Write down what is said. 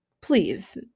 please